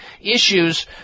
issues